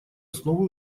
основы